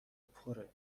پره